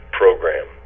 program